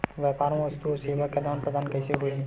व्यापार मा वस्तुओ अउ सेवा के आदान प्रदान कइसे होही?